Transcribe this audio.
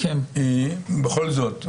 בכל זאת,